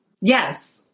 yes